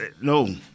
no